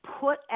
Put